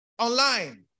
online